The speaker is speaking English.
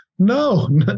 No